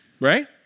Right